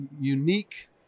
unique